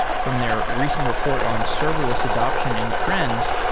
from their recent report on serverless adaption and trends,